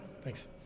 Thanks